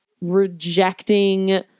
rejecting